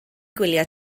gwylio